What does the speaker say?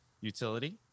utility